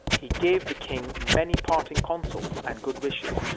he gave the king many parting counsels and good wishes,